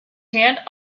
hand